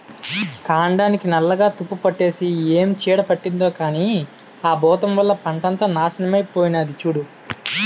కాండానికి నల్లగా తుప్పుపట్టేసి ఏం చీడ పట్టిందో కానీ ఆ బూతం వల్ల పంటంతా నాశనమై పోనాది సూడూ